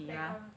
background